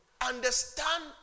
understand